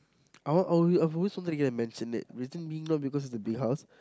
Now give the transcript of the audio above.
I want I've always wanted to get a mansionette recently not because it's a big house